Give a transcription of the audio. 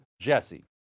JESSE